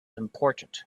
important